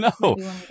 no